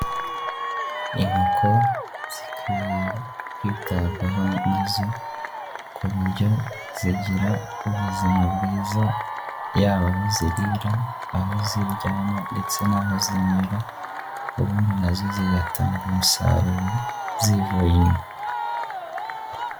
Inkoko zikwiye kwitabwaho nazo, ku buryo zigira ubuzima bwiza, yaba aho zirira, aho ziryama, ndetse naho zinywera, ubundi nazo zigatanga umusaruro zivuye inyuma.